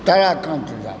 Tarakant Jha